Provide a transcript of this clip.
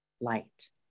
light